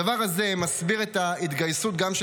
הדבר הזה מסביר גם את ההתגייסות של